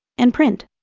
and print.